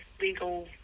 legal